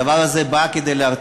הדבר הזה בא להרתיע,